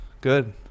Good